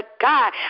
God